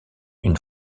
une